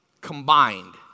combined